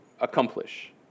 accomplish